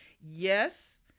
Yes